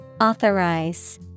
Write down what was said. Authorize